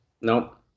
Nope